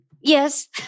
Yes